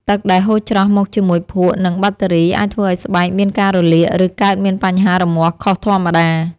ទឹកដែលហូរច្រោះមកជាមួយភក់ និងបាក់តេរីអាចធ្វើឱ្យស្បែកមានការរលាក ឬកើតមានបញ្ហារមាស់ខុសធម្មតា។